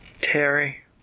Terry